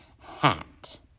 hat